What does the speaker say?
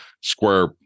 square